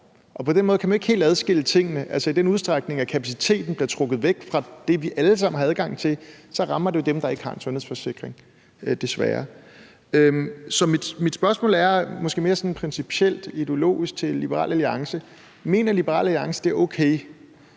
På den måde kan man ikke helt adskille tingene. I den udstrækning, at kapaciteten bliver trukket væk fra det, vi alle sammen har adgang til, så rammer det jo dem, der ikke har en sundhedsforsikring, desværre. Så mit spørgsmål til Liberal Alliance er måske mere principielt ideologisk. Mener Liberal Alliance, at det er okay,